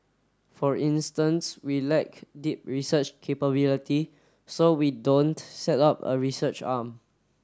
for instance we lack deep research capability so we don't set up a research arm